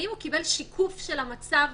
האם הוא קיבל שיקוף של המצב,